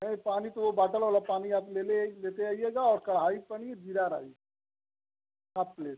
नहीं पानी तो वो बाटल वाला पानी आप लेले लेते आइएगा और kadai paneer jeera rice half plate